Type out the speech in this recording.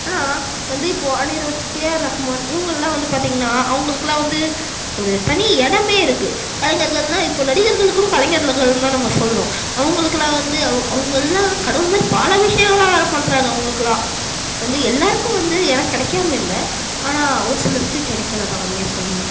ஆனால் வந்து இப்போது அனிரூத் ஏஆர் ரஹ்மான் இவங்கள்லாம் வந்து பார்த்திங்னா அவங்களுக்குலாம் வந்து ஒரு தனி இடமே இருக்குது கலைஞர்கள்னால் இப்போது நடிகர்களுக்குகூட கலைஞர்களுக்கு தான் நம்ம சொல்லணும் அவங்களுக்குலாம் வந்து அவ் அவங்கள்லாம் கடவுள் மாதிரி பால் அபிஷேகமெலாம் வேறு பண்ணுறாங்க அவங்குளுக்குலாம் வந்து எல்லாேருக்கும் வந்து இடம் கிடைக்காம இல்லை ஆனால் ஒரு சிலருக்கு கிடைக்கல தான் உண்மையை சொல்லணுன்னா